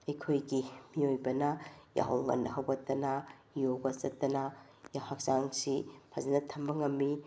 ꯑꯩꯈꯣꯏꯒꯤ ꯃꯤꯑꯣꯏꯕꯅ ꯌꯥꯍꯧ ꯉꯟꯅ ꯍꯧꯒꯠꯇꯅ ꯌꯣꯒ ꯆꯠꯇꯅ ꯍꯛꯆꯥꯡꯁꯤ ꯐꯖꯅ ꯊꯝꯕ ꯉꯝꯃꯤ